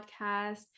Podcast